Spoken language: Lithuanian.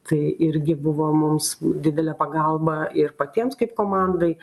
tai irgi buvo mums didelė pagalba ir patiems kaip komandai